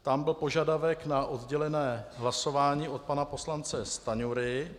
Tam byl požadavek na oddělené hlasování od pana poslance Stanjury.